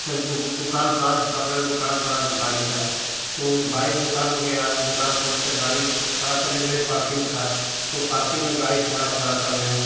तो दुकान पर कपड़े की दुकान पड़ी था भारी सा तो भारी दुकान पर गया दुकान पर तो गाड़ी खड़ी करने के लिए पार्किन्ग थी तो पार्किन्ग में गाड़ी खड़ी किया था मैं